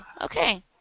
Okay